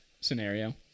scenario